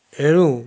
ଏଣୁ